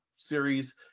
series